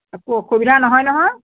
একো অসুবিধা নহয় নহয়